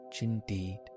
indeed